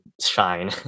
shine